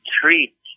treat